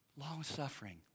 long-suffering